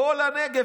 כל הנגב,